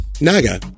Naga